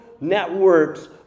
networks